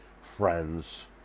friends